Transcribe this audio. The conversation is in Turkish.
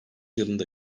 yılında